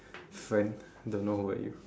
friend don't know who are you